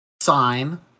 sign